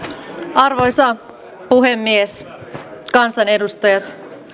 arvoisa puhemies kansanedustajat